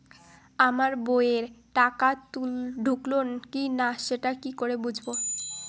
আমার বইয়ে টাকা ঢুকলো কি না সেটা কি করে বুঝবো?